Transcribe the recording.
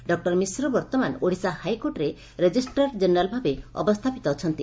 ଡଃ ମିଶ୍ର ବର୍ଉମାନ ଓଡ଼ିଶା ହାଇକୋର୍ଟରେ registrar general ଭାବେ ଅବସ୍ରାପିତ ଅଛନ୍ତି